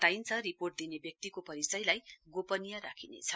बताइन्छ रिपोर्ट दिने व्यक्तिले परिचयलाई गोपनीय राखिनेछ